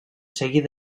seguir